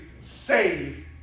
save